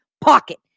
pocket